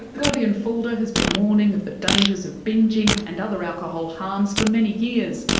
gordian fulde ah has been warning of the dangers of bingeing and other alcohol harms for many years.